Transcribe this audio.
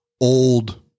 old